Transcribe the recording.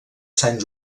sant